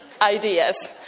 ideas